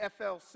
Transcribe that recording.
FLC